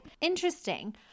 Interesting